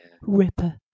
ripper